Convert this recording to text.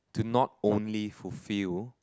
to not only fulfill